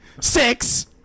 six